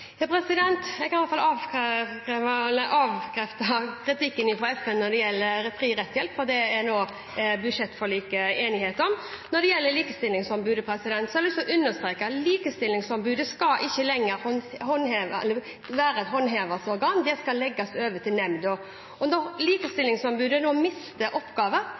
Jeg kan i alle fall avkrefte kritikken fra FN når det gjelder fri rettshjelp, for det er det nå enighet om i budsjettforliket. Når det gjelder Likestillingsombudet, har jeg lyst til å understreke at Likestillingsombudet ikke lenger skal være et håndhevingsorgan, dette skal legges over til nemnda. Når Likestillingsombudet nå mister oppgaver,